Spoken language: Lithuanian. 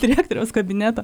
direktoriaus kabineto